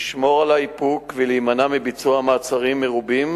לשמור על האיפוק ולהימנע מביצוע מעצרים מרובים,